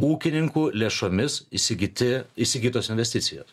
ūkininkų lėšomis įsigyti įsigytos investicijos